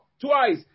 twice